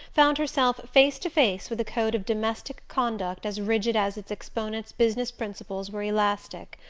found herself face to face with a code of domestic conduct as rigid as its exponent's business principles were elastic.